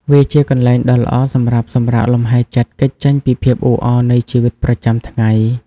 វាជាកន្លែងដ៏ល្អសម្រាប់សម្រាកលំហែចិត្ត គេចចេញពីភាពអ៊ូអរនៃជីវិតប្រចាំថ្ងៃ។